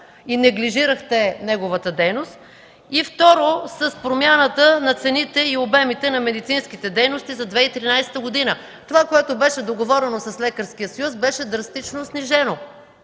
и неглирижирахте неговата дейност. Второ, с промяната на цените и обемите на медицинските дейности за 2013 г. Това, което беше договорено с Лекарския съюз, беше драстично снижено.